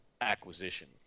acquisition